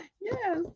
yes